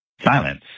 silence